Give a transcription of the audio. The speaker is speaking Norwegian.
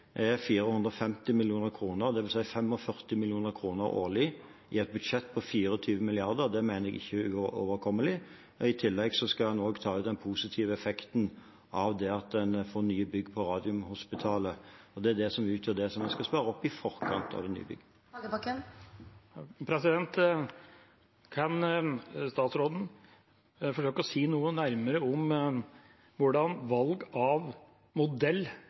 årlig i et budsjett på 24 mrd. kr. Det mener jeg ikke er uoverkommelig. I tillegg skal man ta ut den positive effekten av at en får nye bygg på Radiumhospitalet. Det er det som utgjør det man skal spare opp i forkant av det nye bygget. Kan statsråden forsøke å si noe nærmere om hvordan valg av modell